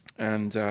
and